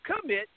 commit